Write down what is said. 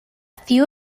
few